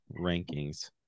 rankings